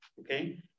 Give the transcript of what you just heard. okay